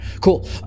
Cool